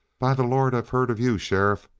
by the lord, i've heard of you, sheriff!